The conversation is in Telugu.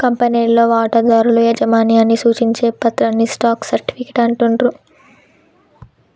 కంపెనీలో వాటాదారుల యాజమాన్యాన్ని సూచించే పత్రాన్నే స్టాక్ సర్టిఫికేట్ అంటుండ్రు